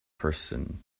person